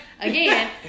Again